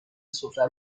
سفره